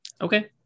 Okay